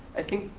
i think,